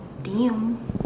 damn